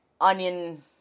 onion